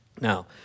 Now